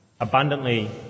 abundantly